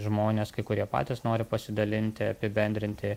žmonės kai kurie patys nori pasidalinti apibendrinti